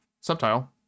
Subtile